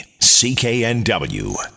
CKNW